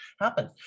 happen